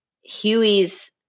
Huey's